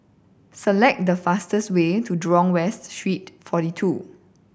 select the fastest way to Jurong West Street Forty Two